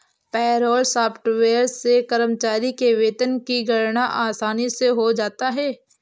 payroll software से कर्मचारी के वेतन की गणना आसानी से हो जाता है